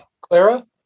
clara